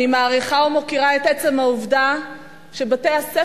אני מעריכה ומוקירה את עצם העובדה שבתי-הספר